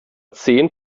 zehn